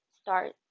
start